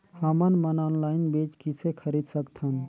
हमन मन ऑनलाइन बीज किसे खरीद सकथन?